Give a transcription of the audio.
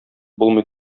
булмый